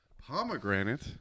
Pomegranate